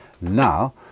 Now